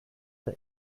der